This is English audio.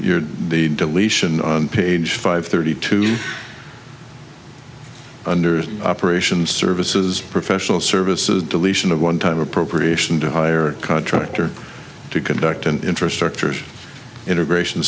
you're the deletion on page five thirty two under operation services professional services deletion of onetime appropriation to hire a contractor to conduct an infrastructure integration